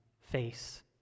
face